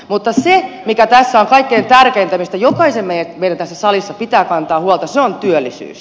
mutta se mikä tässä on kaikkein tärkeintä mistä jokaisen meidän tässä salissa pitää kantaa huolta on työllisyys